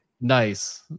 Nice